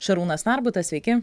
šarūnas narbutas sveiki